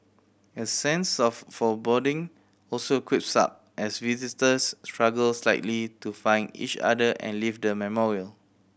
a sense of foreboding also creeps up as visitors struggle slightly to find each other and leave the memorial